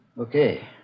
Okay